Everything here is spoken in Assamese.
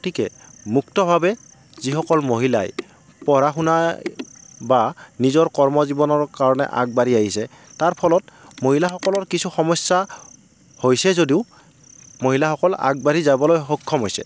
গতিকে মুক্তভাৱে যিসকল মহিলাই পঢ়া শুনা বা নিজৰ কৰ্মজীৱনৰ কাৰণে আগবাঢ়ি আহিছে তাৰফলত মহিলাসকলৰ কিছু সমস্যা হৈছে যদিও মহিলাসকল আগবাঢ়ি যাবলৈ সক্ষম হৈছে